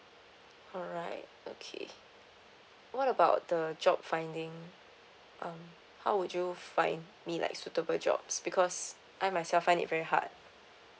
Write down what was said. alright okay what about the job finding um how would you find mean like suitable jobs because I myself find it very hard